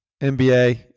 NBA